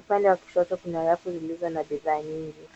Upande wa kushoto kuna rafu zilizo na bidhaa nyingi.